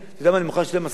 אני מוכן לשלם 10 שקלים,